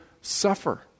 suffer